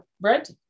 Brent